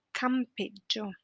campeggio